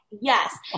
yes